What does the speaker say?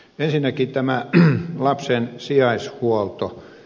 ensinnäkin tämä lapsen sijaishuolto